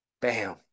bam